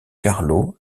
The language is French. carlo